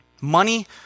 Money